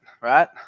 right